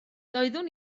doeddwn